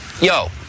Yo